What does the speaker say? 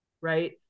right